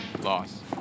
Loss